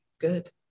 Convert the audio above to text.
good